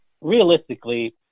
realistically